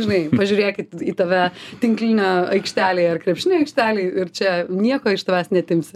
žinai pažiūrėkit į tave tinklinio aikštelėje ar krepšinio aikštelėj ir čia nieko iš tavęs neatimsi